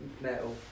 metal